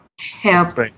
help